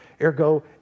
Ergo